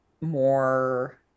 more